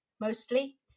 mostly